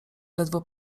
ledwo